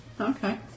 Okay